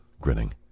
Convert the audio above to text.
grinning